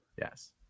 yes